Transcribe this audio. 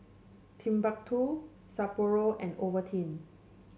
Timbuk two Sapporo and Ovaltine